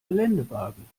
geländewagen